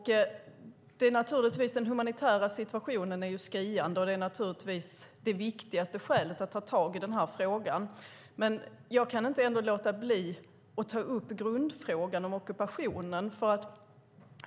Den humanitära situationen är skriande, och det är naturligtvis det viktigaste skälet till att ta tag i den här frågan. Men jag kan ändå inte låta bli att ta upp grundfrågan om ockupationen.